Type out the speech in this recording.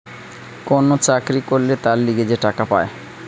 কোন চাকরি করলে তার লিগে যে টাকা পায়